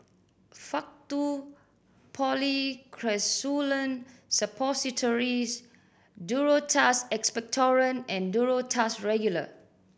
Faktu Policresulen Suppositories Duro Tuss Expectorant and Duro Tuss Regular